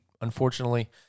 unfortunately